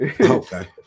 Okay